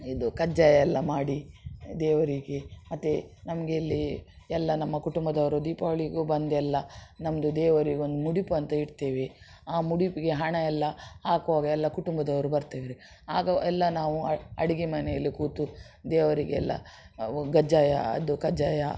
ಇದು ಕಜ್ಜಾಯ ಎಲ್ಲ ಮಾಡಿ ದೇವರಿಗೆ ಮತ್ತೆ ನಮಗೆ ಇಲ್ಲಿ ಎಲ್ಲ ನಮ್ಮ ಕುಟುಂಬದವರು ದೀಪಾವಳಿಗೂ ಬಂದೆಲ್ಲ ನಮ್ಮದು ದೇವರಿಗೊಂದು ಮುಡಿಪು ಅಂತ ಇಡ್ತೇವೆ ಆ ಮುಡಿಪಿಗೆ ಹಣವೆಲ್ಲ ಹಾಕುವಾಗ ಎಲ್ಲ ಕುಟುಂಬದವರು ಬರ್ತೇವೆ ಆಗ ಎಲ್ಲ ನಾವು ಅಡುಗೆ ಮನೆಯಲ್ಲಿ ಕೂತು ದೇವರಿಗೆಲ್ಲ ಕಜ್ಜಾಯ ಅದು ಕಜ್ಜಾಯ